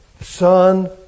Son